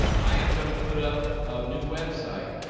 i am gonna put up a new website